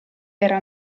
era